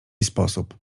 sposób